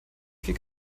viel